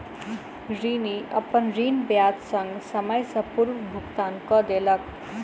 ऋणी, अपन ऋण ब्याज संग, समय सॅ पूर्व भुगतान कय देलक